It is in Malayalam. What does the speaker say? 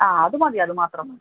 ആ അത് മതി അത് മാത്രം മതി